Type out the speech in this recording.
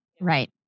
Right